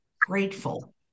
grateful